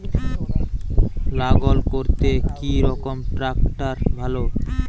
লাঙ্গল করতে কি রকম ট্রাকটার ভালো?